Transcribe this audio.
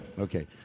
Okay